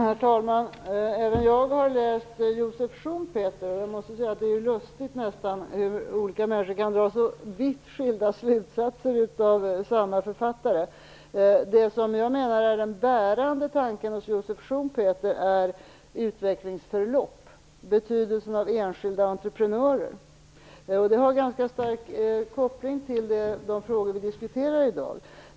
Herr talman! Även jag har läst Joseph Schumpeter. Det är lustigt hur olika slutsatser olika människor kan dra av samma författare. Det som jag menar är den bärande tanken hos Joseph Schumpeter är utvecklingsförlopp, betydelsen av enskilda entreprenörer. Det har ganska stark koppling till de frågor vi diskuterar i dag.